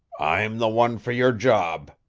i'm the one for your job,